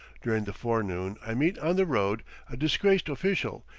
during the forenoon i meet on the road a disgraced official,